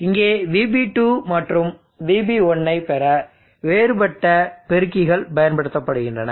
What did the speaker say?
இங்கே VB2 மற்றும் VB1 ஐ பெற வேறுபட்ட பெருக்கிகள் பயன்படுத்தப்படுகின்றன